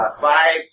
Five